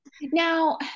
now